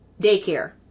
daycare